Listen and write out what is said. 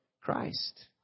Christ